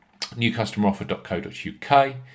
newcustomeroffer.co.uk